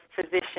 physician